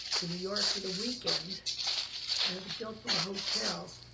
to new york for the weekend and at the biltmore hotel.